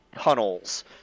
tunnels